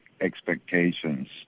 expectations